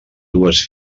dues